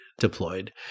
Deployed